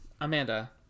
Amanda